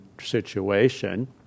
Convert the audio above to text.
situation